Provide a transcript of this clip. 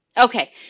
Okay